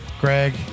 Greg